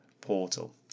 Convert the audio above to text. portal